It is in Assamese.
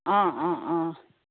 অঁ অঁ অঁ